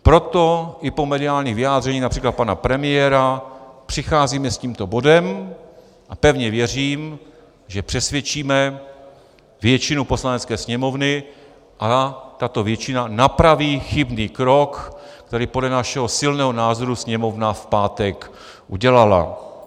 Proto i po mediálních vyjádřeních například pana premiéra přicházíme s tímto bodem a pevně věřím, že přesvědčíme většinu Poslanecké sněmovny a tato většina napraví chybný krok, který podle našeho silného názoru Sněmovna v pátek udělala.